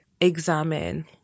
examine